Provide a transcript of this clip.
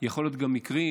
יכולים להיות מקרים